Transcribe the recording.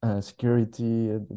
security